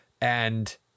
and-